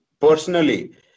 personally